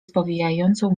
spowijającą